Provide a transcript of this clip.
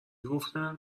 گفتن